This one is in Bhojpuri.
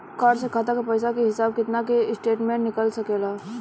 कार्ड से खाता के पइसा के हिसाब किताब के स्टेटमेंट निकल सकेलऽ?